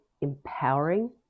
empowering